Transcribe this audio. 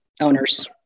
owners